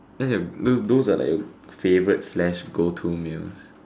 then those are like a favorite slash goal two meals